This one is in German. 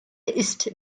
ist